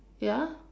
ya